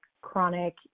chronic